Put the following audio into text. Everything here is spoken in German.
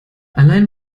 allein